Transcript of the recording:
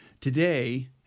Today